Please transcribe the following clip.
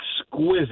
exquisite